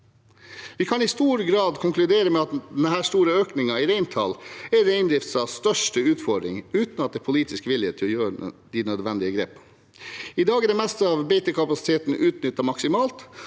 Vi kan i stor grad konkludere med at den store økningen i reintall er reindriftens største utfordring, uten at det er politisk vilje til å gjøre de nødvendige grepene. I dag er det meste av beitekapasiteten utnyttet maksimalt,